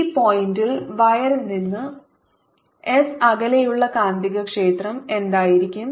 P പോയിന്റിൽ wire നിന്ന് S അകലെയുള്ള കാന്തികക്ഷേത്രം എന്തായിരിക്കും